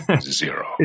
zero